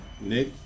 Nick